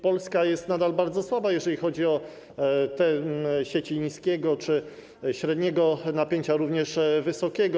Polska jest nadal bardzo słaba, jeżeli chodzi o sieci niskiego czy średniego napięcia, również wysokiego.